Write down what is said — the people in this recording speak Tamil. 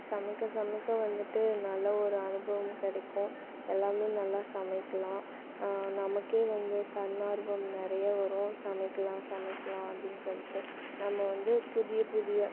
சமைக்க சமைக்க வந்துட்டு நல்ல ஒரு அனுபவம் கிடைக்கும் எல்லாம் நல்லா சமைக்கலாம் நமக்கே வந்து தன்னார்வம் நிறைய வரும் சமைக்கலாம் சமைக்கலாம் அப்படின்னு சொல்லிட்டு நம்ம வந்து புதிய புதிய